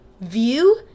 view